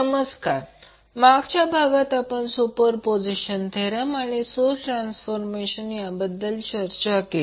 नमस्कार मागच्या वर्गात आपण सुपरपोझिशन थेरम आणि सोर्स ट्रान्सफार्ममेशन याविषयी चर्चा केली